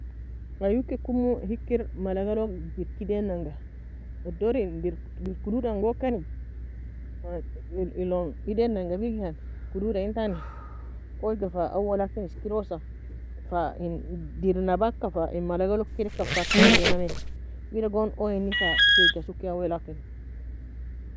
Ayie ukir komo hiker معلقة log dierka edain na fa, odor deire kodod angokani, elon eday nanga firgikan, kododa entani oiye ga fa awou lakin eskirosa, fa in dier en abaka fa in معلقة logo kedeka fa kalie nami, kera gooni oiye eni fa sirga soki awou lakin